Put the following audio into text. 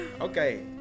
okay